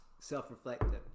self-reflective